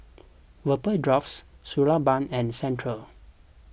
Vapodrops Suu Balm and Centrum